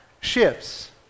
ships